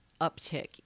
uptick